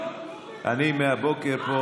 אני פה מהבוקר,